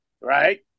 right